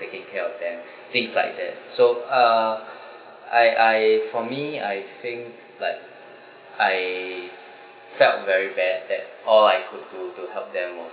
taking care of them things like that so uh I I for me I think like I felt very bad that all I could do to help them more